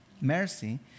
mercy